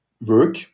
work